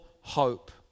hope